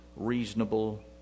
reasonable